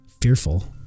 Fearful